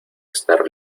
estar